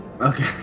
Okay